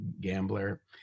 gambler